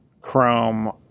chrome